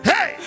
Hey